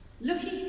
Looking